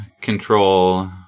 control